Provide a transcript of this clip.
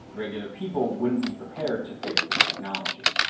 regular people wouldn't be prepared to face this technology.